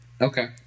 Okay